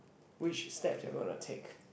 which steps you're going to take